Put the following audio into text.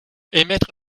émettre